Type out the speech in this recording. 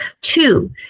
Two